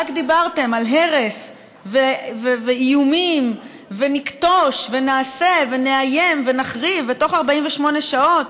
רק דיברתם על הרס ואיומים: נכתוש ונעשה ונאיים ונחריב תוך 48 שעות.